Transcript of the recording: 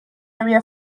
area